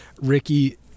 Ricky